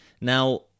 now